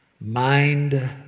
mind